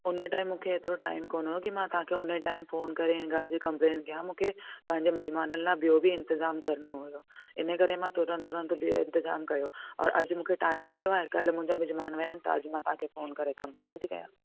उन टाइम मुखे हेतिरो टाइम कोन हुओ की मां तव्हांखे उन टाइम फोन करे हिन ॻाल्हि जी कंपलेन कयां मूंखे पंहिंजे मिजमाननि लाइ ॿियो बि इंतिज़ाम करिणो हुओ हिन करे मां तुरंत तुरंत ॿियो इंतिज़ाम कयो ओर अॼु मूंखे टाइम मिलियो आहे काल्ह मुंहिंजा मिजमान विया आहिनि त अॼ मां तांखे फोन करे कंपलेन थी कयां